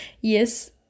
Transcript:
yes